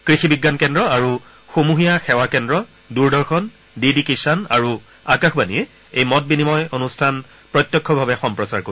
কৃষি বিজ্ঞান কেন্দ্ৰ আৰু সমূহীয়া সেৱা কেন্দ্ৰ দূৰদৰ্শন ডি ডি কিষাণ আৰু আকাশবাণীয়ে এই মত বিনিময় অনুষ্ঠান প্ৰত্যক্ষভাৱে সম্প্ৰচাৰ কৰিব